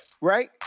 Right